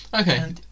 Okay